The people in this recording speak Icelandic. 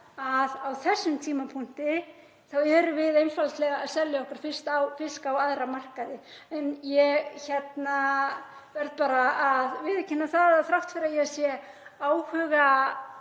að á þessum tímapunkti erum við einfaldlega að selja okkar fisk á aðra markaði. En ég verð bara að viðurkenna það að þrátt fyrir að ég sé áhugakona